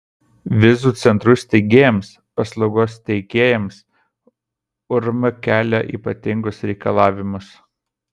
vizų centrų steigėjams paslaugos teikėjams urm kelia ypatingus reikalavimus